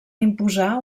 imposar